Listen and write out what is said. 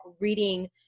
reading